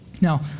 Now